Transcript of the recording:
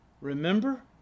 Remember